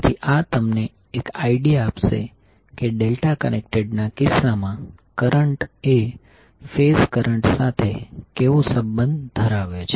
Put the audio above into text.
તેથી આ તમને એક આઇડિયા આપશે કે ડેલ્ટા કનેક્ટેડના કિસ્સામા કરંટ એ ફેઝ કરંટ સાથે કેવો સંબંધ ધરાવે છે